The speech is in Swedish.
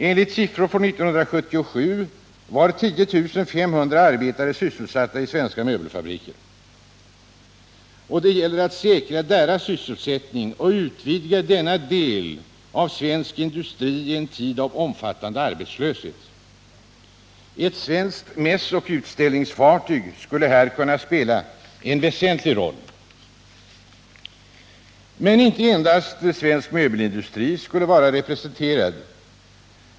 Enligt siffror från 1977 var 10 500 arbetare sysselsatta i svenska möbelfabriker. Det gäller att säkra deras sysselsättning och utvidga denna del av svensk industri i en tid av omfattande arbetslöshet. Ett svenskt mässoch utställningsfartyg skulle här kunna spela en väsentlig roll. Men inte endast svensk möbelindustri skulle vara representerad.